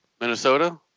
Minnesota